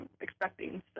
expecting